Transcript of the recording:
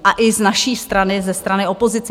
A i z naší strany, ze strany opozice.